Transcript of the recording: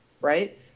right